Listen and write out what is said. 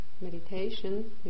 meditation